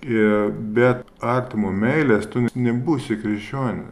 e bet artimo meilės tu nebūsi krikščionis